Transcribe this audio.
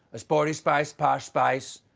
a sporty spice, posh spice.